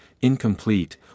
incomplete